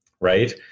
right